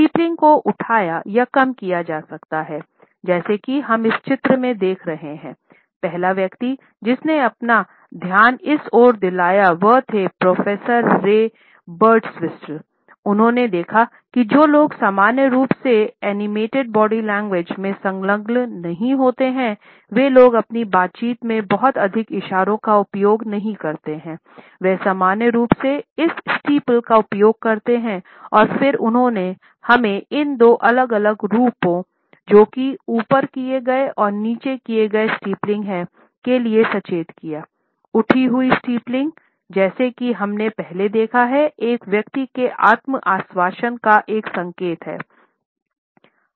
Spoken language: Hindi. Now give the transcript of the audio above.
स्टिप्लिंग जैसा कि हमने पहले देखा है एक व्यक्ति के आत्म आश्वासन का एक संकेत है